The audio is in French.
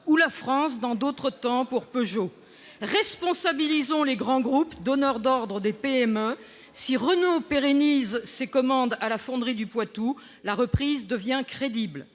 ou la France, dans d'autres temps, pour Peugeot. Responsabilisons les grands groupes, donneurs d'ordre des PME : si Renault pérennise ses commandes à la Fonderie du Poitou, la reprise devient crédible.